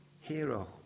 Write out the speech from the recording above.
hero